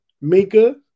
Mika